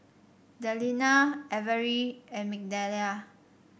Delina Averi and Migdalia